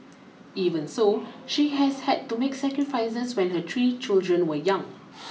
even so she has had to make sacrifices when her three children were young